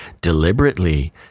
deliberately